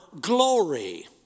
glory